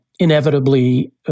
inevitably